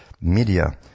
media